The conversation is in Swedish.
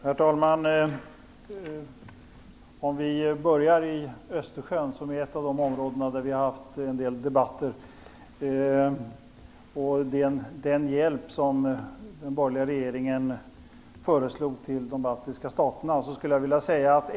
Herr talman! Vi kan börja med Östersjön, som är ett av de områden som vi fört en del debatter om, och den hjälp som den borgerliga regeringen förslog till de baltiska staterna.